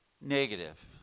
negative